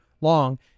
long